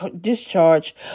discharge